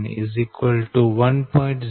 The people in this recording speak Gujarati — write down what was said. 009511